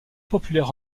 populaire